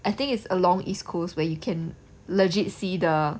I think it's along east coast where you can legit see the